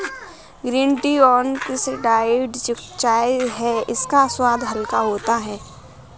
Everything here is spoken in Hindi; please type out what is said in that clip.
ग्रीन टी अनॉक्सिडाइज्ड चाय है इसका स्वाद हल्का होता है